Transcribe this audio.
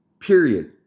period